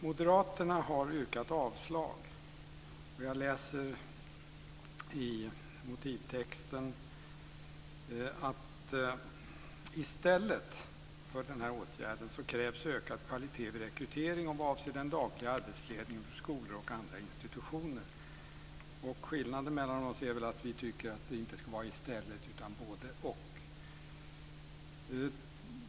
Moderaterna har yrkat avslag, och jag läser i motivtexten att i stället för den här åtgärden krävs ökad kvalitet vid rekrytering och vad avser den dagliga arbetsledningen för skolor och andra institutioner. Skillnaden mellan oss är väl att vi tycker att det ska vara både-och.